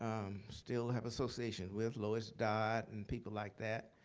still have association with. lois dodd and people like that,